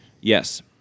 Yes